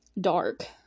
dark